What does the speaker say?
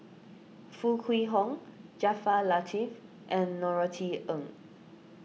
Foo Kwee Horng Jaafar Latiff and Norothy Ng